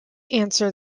answer